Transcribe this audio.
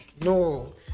No